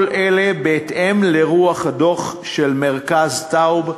כל אלה בהתאם לרוח הדוח של מרכז טאוב,